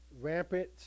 rampant